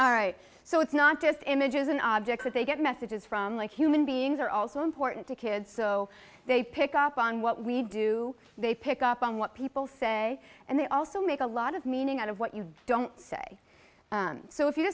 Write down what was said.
all right so it's not just images and objects that they get messages from like human beings are also important to kids so they pick up on what we do they pick up on what people say and they also make a lot of meaning out of what you don't say so if you